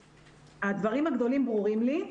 הדברים הגדולים ברורים לי.